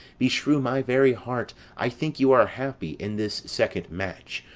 beshrew my very heart, i think you are happy in this second match,